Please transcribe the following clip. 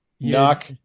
Knock